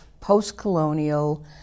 post-colonial